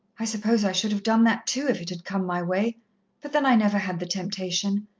i suppose i should have done that too, if it had come my way but then i never had the temptation.